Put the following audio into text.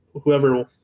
whoever